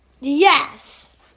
Yes